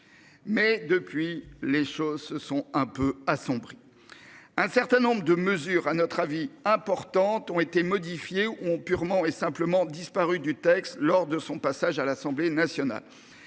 Mais depuis les choses se sont un peu assombri. Un certain nombre de mesures, à notre avis importantes ont été modifiés ont purement et simplement disparu du texte lors de son passage à l'Assemblée nationale.